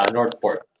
Northport